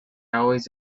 always